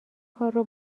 کارو